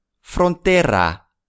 Frontera